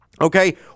Okay